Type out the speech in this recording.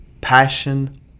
passion